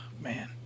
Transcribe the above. man